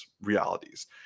realities